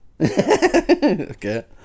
okay